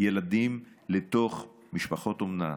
ילדים לתוך משפחות אומנה,